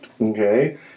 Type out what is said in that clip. Okay